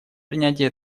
принятие